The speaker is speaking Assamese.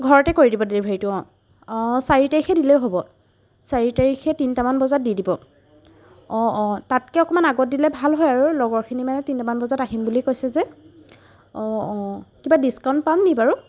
ঘৰতে কৰি দিব ডেলিভাৰীটো অ' অ' চাৰি তাৰিখে দিলে হ'ব চাৰি তাৰিখে তিনিটামান বজাত দি দিব অ' অ' তাতকৈ অকণমান আগত দিলে ভাল হয় আৰু লগৰখিনি মানে তিনিটামান বজাত আহিম বুলি কৈছে যে অ' অ' কিবা ডিছকাউণ্ট পাম নি বাৰু